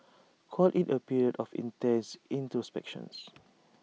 call IT A period of intense introspections